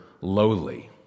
lowly